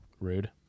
rude